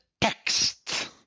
text